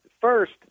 First